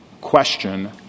question